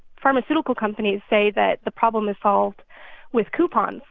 pharmaceutical companies say that the problem is solved with coupons.